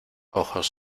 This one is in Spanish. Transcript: ojos